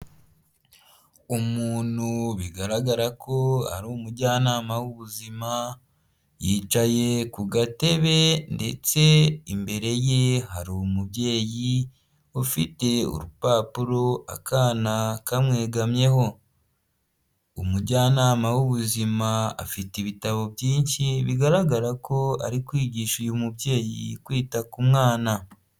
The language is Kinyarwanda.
Umuntu bigaragara ko ari umujyanama w'ubuzima yicaye ku gatebe ndetse imbere ye hari umubyeyi ufite urupapuro akana kamwegamyeho, umujyanama w'ubuzima afite ibitabo byinshi bigaragara ko ari kwigisha uyu mubyeyi kwita ku mwana.